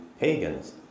pagans